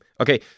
Okay